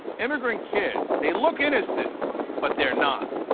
immigrant kids. they look innocent but they are not.